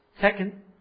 Second